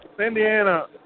Indiana